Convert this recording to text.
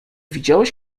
widziałeś